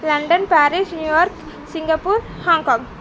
London Paris New York Singapore Hong Kong